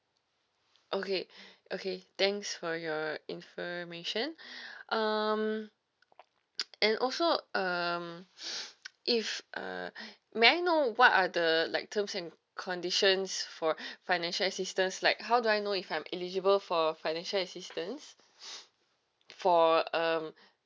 okay okay thanks for your information um and also um if uh may I know what are the like terms and conditions for financial assistance like how do I know if I'm eligible for financial assistance for um